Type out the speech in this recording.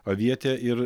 avietė ir